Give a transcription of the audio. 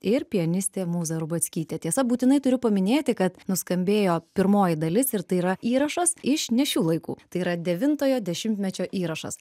ir pianistė mūza rubackytė tiesa būtinai turiu paminėti kad nuskambėjo pirmoji dalis ir tai yra įrašas iš ne šių laikų tai yra devintojo dešimtmečio įrašas